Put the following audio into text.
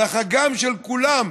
אלא חגם של כולם,